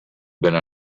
been